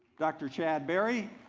dr. chad berry